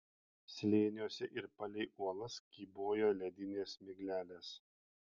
slėniuose ir palei uolas kybojo ledinės miglelės